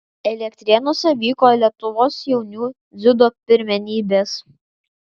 elektrėnuose vyko lietuvos jaunių dziudo pirmenybės